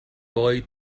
boy